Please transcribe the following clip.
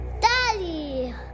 Daddy